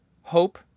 hope